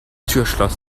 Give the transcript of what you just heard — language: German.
türschloss